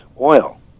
oil